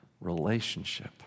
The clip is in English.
relationship